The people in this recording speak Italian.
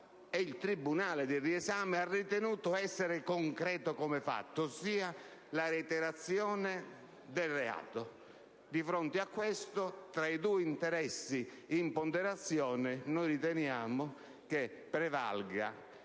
il tribunale del riesame hanno ritenuto essere concreto come fatto, ossia la reiterazione del reato. Di fronte a questo, tra i due interessi in ponderazione, riteniamo che prevalga